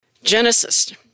Genesis